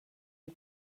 you